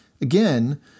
again